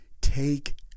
take